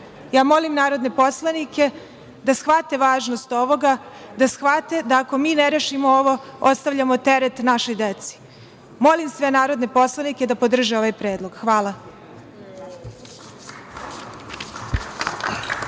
stradali. Molim narodne poslanike da shvate važnost ovoga, da shvate da ako mi ne rešimo, ostavljamo teret našoj deci. Molim sve narodne poslanike da podrže ovaj predlog. Hvala